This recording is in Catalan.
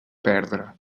perdre